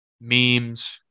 memes